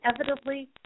inevitably